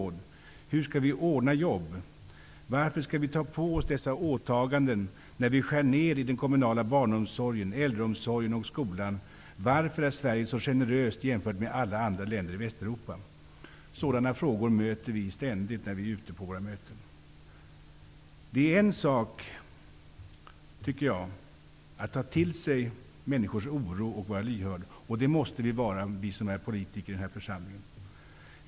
Hur skall vi ordna jobb? Varför skall vi ta på oss dessa åtaganden, när vi skär ner i den kommunala barnomsorgen, äldreomsorgen och skolan? Varför är Sverige så generöst, jämfört med alla andra länder i Västeuropa? Sådana frågor kommer ständigt när vi är ute på möten. Det är en sak att ta till sig människors oro och vara lyhörd. Det måste vi vara, vi som är politiker i denna församling.